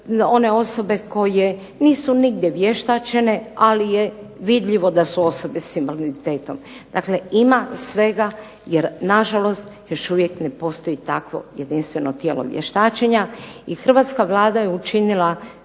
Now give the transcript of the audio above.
I hrvatska Vlada je učinila